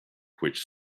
which